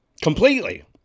completely